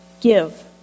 give